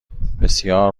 بسیار